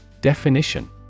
Definition